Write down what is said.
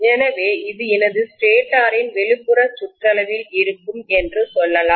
எனவே இது எனது ஸ்டேட்டரின் வெளிப்புற சுற்றளவில் இருக்கும் என்று சொல்லலாம்